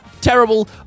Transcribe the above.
terrible